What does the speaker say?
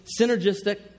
synergistic